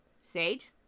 sage